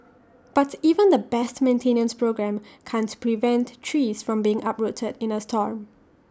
but even the best maintenance programme can't prevent trees from being uprooted in A storm